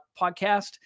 podcast